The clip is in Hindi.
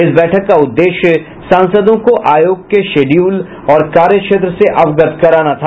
इस बैठक का उद्देश्य सांसदों को आयोग के शिड्यूल और कार्यक्षेत्र से अवगत कराना था